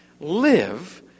live